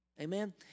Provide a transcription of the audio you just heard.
Amen